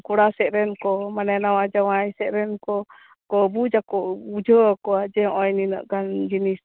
ᱠᱚᱲᱟ ᱥᱮᱜ ᱨᱮᱱ ᱠᱚ ᱢᱟᱱᱮ ᱱᱟᱣᱟ ᱡᱟᱸᱣᱟᱭ ᱥᱮᱜ ᱨᱮᱱ ᱠᱚ ᱠᱚ ᱵᱩᱡᱟᱠᱚ ᱵᱩᱡᱷᱟᱹᱣᱟᱠᱚᱣᱟ ᱡᱮ ᱱᱚᱜ ᱚᱭ ᱱᱤᱱᱟᱹᱜ ᱜᱟᱱ ᱡᱤᱱᱤᱥ